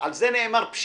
על זה נאמר פשיטא.